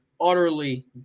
utterly